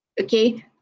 okay